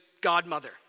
godmother